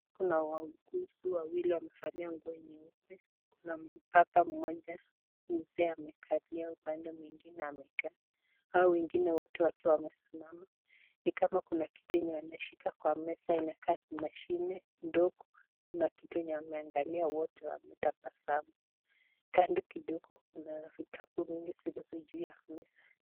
Kuna wauguzi wawili wamevalia nguo nyeupe. Kuna mbaba mmoja mzee amekalia upande mwingine amekaa, hao wengine wote wakiwa wamesimama. Ni kama kuna kitu yenye wameshika kwa meza inakaa mashine ndogo. Kuna kitu yenye wameangalia wote wametabasamu. Kando kidogo kuna vitabu mingi zilizo ju ya meza.